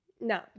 no